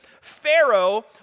Pharaoh